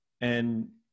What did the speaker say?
and-